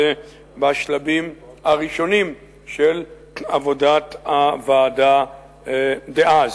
בשלבים הראשונים של עבודת הוועדה דאז.